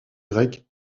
grec